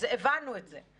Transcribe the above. הבנו את זה.